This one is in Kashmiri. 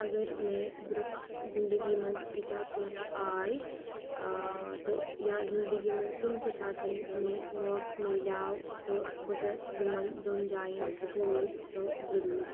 اَگَر مےٚ برٛونٛہہ زِنٛدَگِی منٛز ییٖتِیاہ پونٛسہٕ آے تہٕ یا زِنٛدَگِی منٛز کُنہِ تہِ ساتَن مےٚ موقعہٕ مِیلِیو تہٕ بہٕ گَژھٕ یِمَن دۄن جایَن ضروٗر تہٕ ضروٗر